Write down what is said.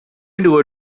into